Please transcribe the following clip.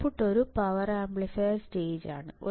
output ഒരു power amplifier stage ആണ്